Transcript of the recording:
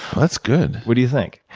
that's good. what do you think?